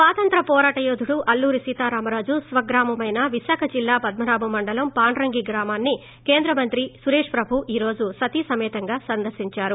స్వాతంత్య పోరాట యోధుడు అల్లూరి సీతారామరాజు స్వగ్రామమైన విశాఖ జిల్లా పద్మనాభం మండలం పాండ్రంగ్ గ్రామాన్ని కేంద్ర మంత్రి సురేష్ ప్రభు ఈ రోజు సతీసమేతంగా సందర్పించారు